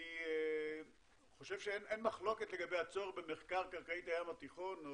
אני חושב שאין מחלוקת לגבי הצורך במחקר קרקעית הים התיכון,